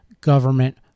government